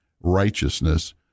righteousness